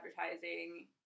advertising